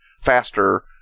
faster